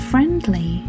friendly